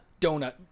donut